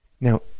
Now